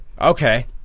Okay